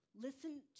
listen